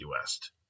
west